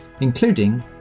including